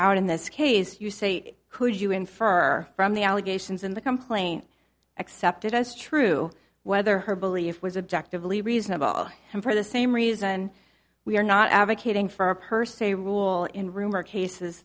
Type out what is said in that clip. out in this case you say could you infer from the allegations in the complaint accepted as true whether her belief was objective lee reasonable and for the same reason we are not advocating for a per se rule in rumor cases